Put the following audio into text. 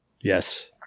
Yes